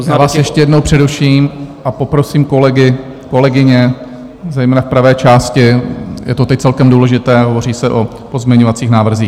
Já vás ještě jednou přeruším a poprosím kolegy, kolegyně, zejména v pravé části, je to teď celkem důležité, hovoří se o pozměňovacích návrzích.